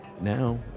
Now